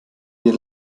wir